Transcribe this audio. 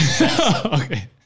Okay